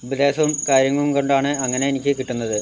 ഉപദേശവും കാര്യങ്ങളും കൊണ്ടാണ് അങ്ങനെ എനിക്ക് കിട്ടുന്നത്